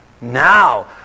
now